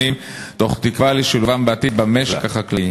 מתוך תקווה לשילובם בעתיד במשק החקלאי.